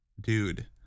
dude